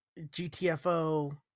GTFO